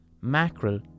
Mackerel